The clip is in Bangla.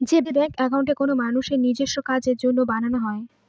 যে ব্যাঙ্ক একাউন্ট কোনো মানুষের নিজেস্ব কাজের জন্য বানানো হয়